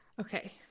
Okay